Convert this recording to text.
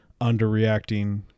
underreacting